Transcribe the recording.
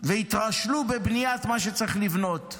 והתרשלו בבניית מה שהיה צריך לבנות.